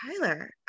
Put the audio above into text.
Tyler